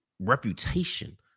reputation